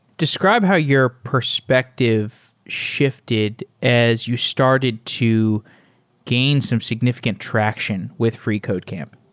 describe how your perspective shifted as you started to gain some significant traction with freecodecamp.